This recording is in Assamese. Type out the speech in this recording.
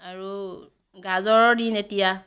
আৰু গাজৰৰ দিন এতিয়া